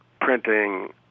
printing